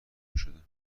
میشدن